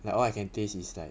like all I can taste is like